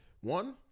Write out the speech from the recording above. One